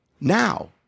Now